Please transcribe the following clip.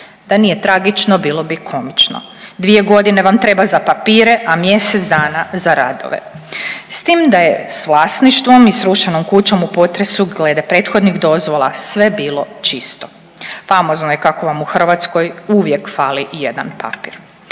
Da nije tragično bilo bi komično. Dvije godine vam treba za papire, a mjesec dana za radove, s tim da je s vlasništvom i srušenom kućom u potresu glede prethodnih dozvola sve bilo čisto. Famozno je kako vam u Hrvatskoj uvijek fali jedan papir.